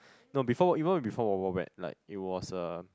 no before wild even before Wild Wild Wet like it was a